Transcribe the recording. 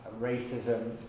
Racism